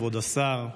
כבוד השר,